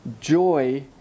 joy